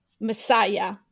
Messiah